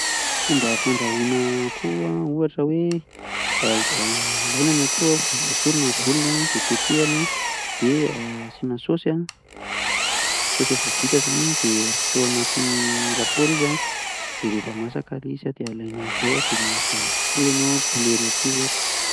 Fomba fandrahona akoho a ohatra hoe alaina ny akoho esorina ny volony a de teztehina de asina saosy, saosy efa vita zany an de atao anaty lafaoro izy an de refa masaka le izy a de alainao aveo de mahazo kokoa enao a poulet rôti ohatra.